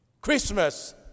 Christmas